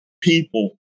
people